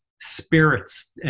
spirits